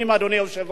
אדוני היושב-ראש.